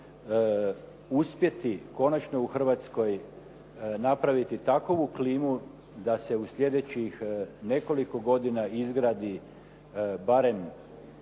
uspjeti konačno u Hrvatskoj napraviti takovu klimu da se u sljedećih nekoliko godina izgradi barem